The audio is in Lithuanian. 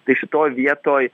tai šitoj vietoj